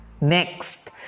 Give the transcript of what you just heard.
Next